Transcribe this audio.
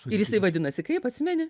ir jisai vadinasi kaip atsimeni